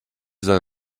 soll